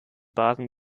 basen